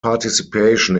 participation